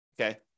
Okay